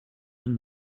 ihn